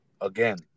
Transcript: again